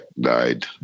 died